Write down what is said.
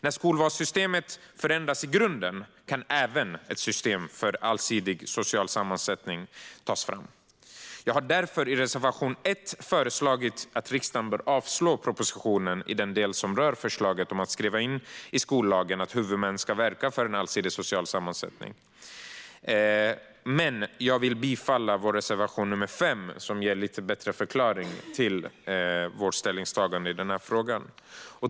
När skolvalssystemet har förändrats i grunden kan även ett system för allsidig social sammansättning tas fram. Jag har därför i reservation 1 föreslagit att riksdagen bör avslå propositionen i den del som rör förslaget om att i skollagen skriva in att huvudmän ska verka för en allsidig social sammansättning. Men jag yrkar bifall till vår reservation 5 som ger en lite bättre förklaring till vårt ställningstagande i denna fråga.